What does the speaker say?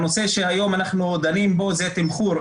הנושא שהיום אנחנו דנים בו הוא תמחור,